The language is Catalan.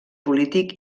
polític